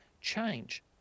change